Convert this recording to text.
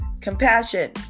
compassion